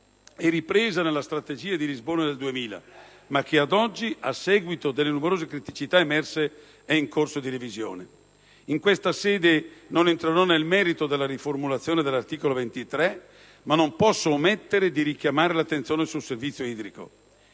e ripresa nella Strategia di Lisbona nel 2000, ma che, ad oggi, a seguito delle numerose criticità emerse, è in corso di revisione. In questa sede non entrerò nel merito della riformulazione dell'articolo 23-*bis* della legge 6 agosto 2008, n. 133, ma non posso omettere di porre l'attenzione sul servizio idrico.